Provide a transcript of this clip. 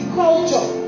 culture